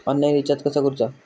Online recharge कसा करूचा?